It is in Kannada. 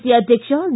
ಸಿ ಅಧ್ಯಕ್ಷ ಡಿ